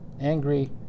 angry